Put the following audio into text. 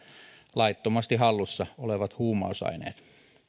laittomasti hallussa olevat huumausaineet